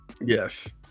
yes